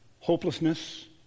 Hopelessness